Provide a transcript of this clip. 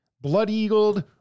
blood-eagled